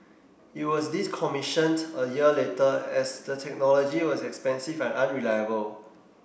it was decommissioned a year later as the technology was expensive and unreliable